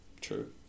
true